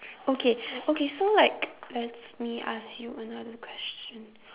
okay okay so like let's me ask you another question